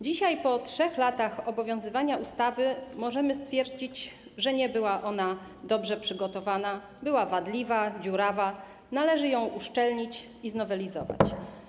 Dzisiaj, po 3 latach obowiązywania ustawy, możemy stwierdzić, że nie była ona dobrze przygotowana, była wadliwa, dziurawa, należy ją uszczelnić i znowelizować.